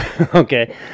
Okay